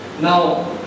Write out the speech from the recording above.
Now